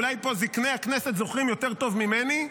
אולי פה זקני הכנסת זוכרים יותר טוב ממני,